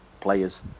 players